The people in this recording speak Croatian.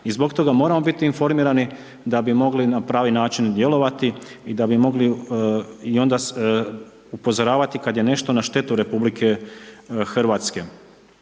I zbog toga moramo biti informirani da bi mogli na pravi način djelovati i da bi mogli i onda upozoravati kada je nešto na štetu RH. Vlada RH je